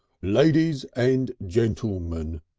ladies and gentlemen,